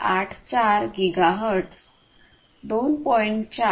484 gigahertz 2